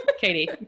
Katie